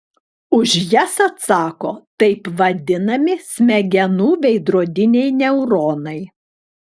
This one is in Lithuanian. už jas atsako taip vadinami smegenų veidrodiniai neuronai